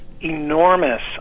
enormous